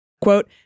Quote